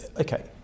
okay